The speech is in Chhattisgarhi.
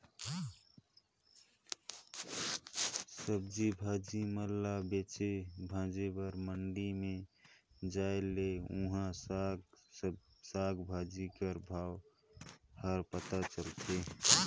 सब्जी भाजी मन ल बेचे भांजे बर मंडी में जाए ले उहां साग भाजी कर भाव हर पता चलथे